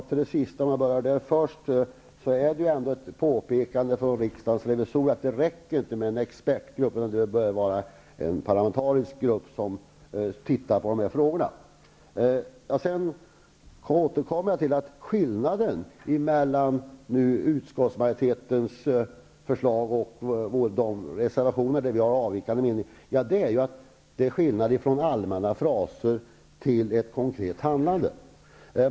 Fru talman! För att ta upp det sista först vill jag säga att riksdagens revisorer har påpekat att det inte räcker med en expertgrupp, utan att det bör vara en parlamentarisk grupp som ser på de här frågorna. Vidare återkommer jag till att skillnaden emellan utskottsmajoritetens förslag och de reservationer där vi anmäler avvikande mening är en skillnad mellan allmänna fraser och ett konkret handlande.